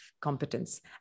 competence